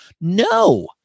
No